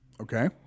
Okay